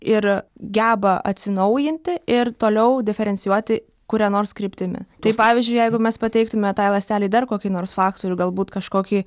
ir geba atsinaujinti ir toliau diferencijuoti kuria nors kryptimi tai pavyzdžiui jeigu mes pateiktume tai ląstelei dar kokį nors faktorių galbūt kažkokį